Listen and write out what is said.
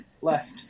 left